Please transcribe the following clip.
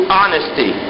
honesty